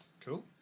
Cool